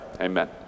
Amen